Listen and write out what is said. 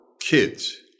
kids